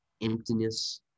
emptiness